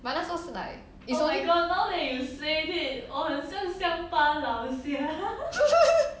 but 那时候是 like it's only